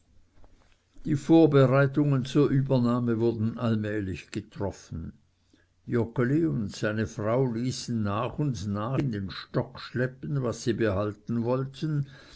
die vorbereitungen zur übernahme wurden allmählich getroffen joggeli und seine frau ließen nach und nach in den stock schleppen was sie behalten wollten